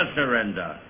surrender